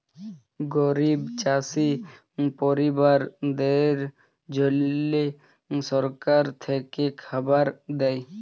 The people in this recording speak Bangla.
গরিব চাষী পরিবারদ্যাদের জল্যে সরকার থেক্যে খাবার দ্যায়